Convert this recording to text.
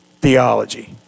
theology